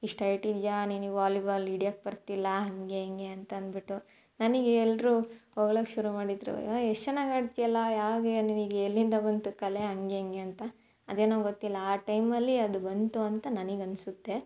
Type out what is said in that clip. ಇಷ್ಟು ಹೈಟ್ ಇದೀಯಾ ನಿನಗ್ ವಾಲಿಬಾಲ್ ಹಿಡಿಯೋಕ್ ಬರ್ತಿಲ್ಲಾ ಹಾಗೆ ಹೀಗೆ ಅಂತ ಅನ್ಬಿಟ್ಟು ನನಗೆ ಎಲ್ಲರೂ ಹೊಗ್ಳೋಕ್ ಶುರು ಮಾಡಿದರು ಓಹ್ ಎಷ್ಟು ಚೆನ್ನಾಗಿ ಆಡ್ತೀಯಲ್ಲ ಹೇಗೆ ನಿನಗೆ ಎಲ್ಲಿಂದ ಬಂತು ಕಲೆ ಹಂಗೆ ಹಿಂಗೆ ಅಂತ ಅದೇನೋ ಗೊತ್ತಿಲ್ಲ ಆ ಟೈಮಲ್ಲಿ ಅದು ಬಂತು ಅಂತ ನನಗನ್ಸುತ್ತೆ